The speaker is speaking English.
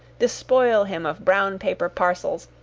despoil him of brown-paper parcels,